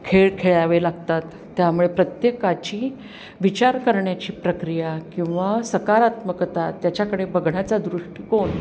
खेळ खेळावे लागतात त्यामुळे प्रत्येकाची विचार करण्याची प्रक्रिया किंवा सकारात्मकता त्याच्याकडे बघण्याचा दृष्टिकोन